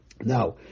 now